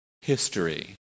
history